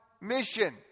mission